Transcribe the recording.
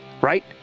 right